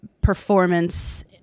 performance